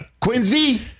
Quincy